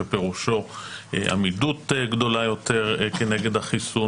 שפירושו עמידות גדולה יותר כנגד החיסון,